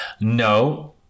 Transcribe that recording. No